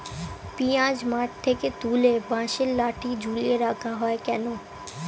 পিঁয়াজ মাঠ থেকে তুলে বাঁশের লাঠি ঝুলিয়ে রাখা হয় কেন?